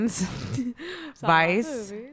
Vice